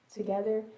together